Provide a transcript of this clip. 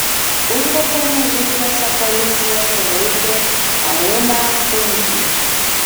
užvakar mažeikiuose policija sulaikė arūną undžį